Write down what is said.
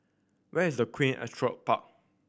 where is Queen Astrid Park